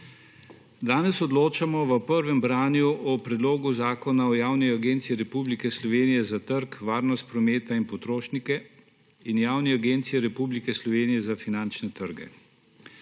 Danes odločamo v prvem branju o Predlogu zakona o Javni agenciji Republike Slovenije za trg, varnost prometa in potrošnike in Javni Agenciji Republike Slovenije za finančne trge.